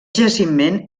jaciment